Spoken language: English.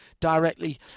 directly